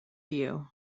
you